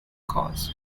cause